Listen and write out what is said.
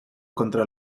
contra